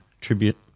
tribute